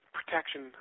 protection